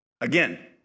Again